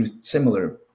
similar